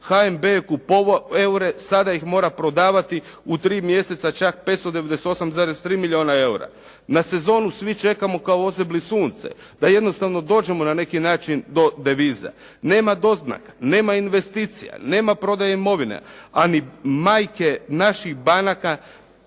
HNB je kupovao eure, sada ih mora prodavati u tri mjeseca čak 598,3 milijuna eura. Na sezonu svi čekamo kao ozebli sunce da jednostavno dođemo na neki način do deviza. Nema doznaka, nema investicija, nema prodaje imovine, a ni majke naših banaka,